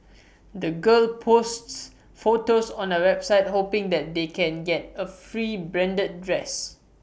the girls posts photos on A website hoping that they can get A free branded dress